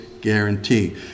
guarantee